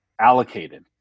allocated